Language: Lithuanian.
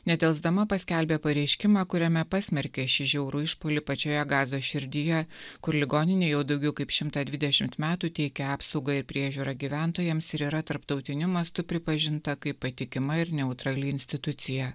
nedelsdama paskelbė pareiškimą kuriame pasmerkė šį žiaurų išpuolį pačioje gazos širdyje kur ligoninė jau daugiau kaip šimtą dvidešimt metų teikia apsaugą ir priežiūrą gyventojams ir yra tarptautiniu mastu pripažinta kaip patikima ir neutrali institucija